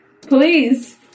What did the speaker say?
please